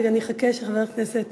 רגע, אני אחכה שחבר הכנסת